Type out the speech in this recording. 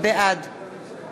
בעד